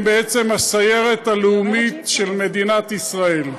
בעצם הסיירת הלאומית של מדינת ישראל.